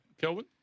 Kelvin